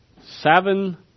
seven